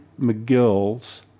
McGill's